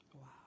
Wow